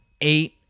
eight